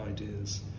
ideas